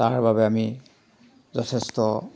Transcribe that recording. তাৰ বাবে আমি যথেষ্ট